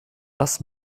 das